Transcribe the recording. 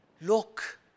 look